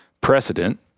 precedent